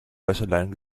wäscheleinen